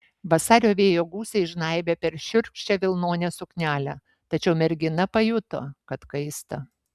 vasario vėjo gūsiai žnaibė per šiurkščią vilnonę suknelę tačiau mergina pajuto kad kaista